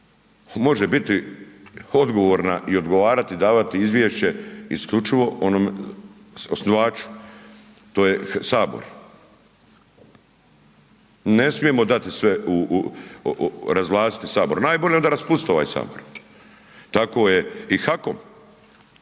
Može biti odgovorna i odgovarati davati izvješće isključivo osnivaču, to je sabor. Ne smijemo dati sve, razvlasti sabor, najbolje onda raspustiti ovaj sabor. Tako je i HAKOM